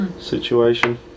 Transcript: situation